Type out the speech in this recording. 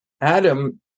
Adam